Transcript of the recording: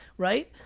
right,